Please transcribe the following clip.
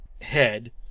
head